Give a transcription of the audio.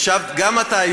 גם אתה,